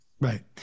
Right